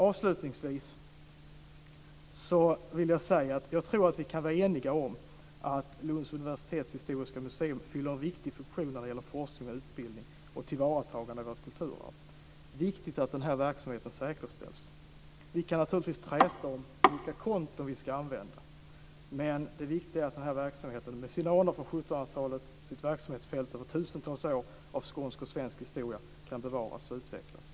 Avslutningsvis vill jag säga att vi nog kan vara eniga om att Lunds universitets historiska museum fyller en viktig funktion för forskning och utbildning samt för tillvaratagande av vårt kulturarv. Det är viktigt att den här verksamheten säkerställs. Vi kan naturligtvis träta om vilka konton vi ska använda, men det är viktigt att den här verksamheten, med sina anor från 1700-talet och sitt verksamhetsfält som spänner över tusentals år av skånsk och svenska historia, kan bevaras och utvecklas.